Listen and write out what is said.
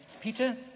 Peter